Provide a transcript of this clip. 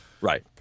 Right